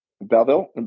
Belleville